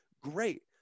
Great